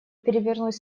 перевернуть